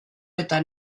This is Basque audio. eta